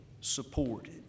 supported